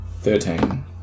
thirteen